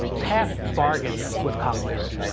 taft bargained with congress.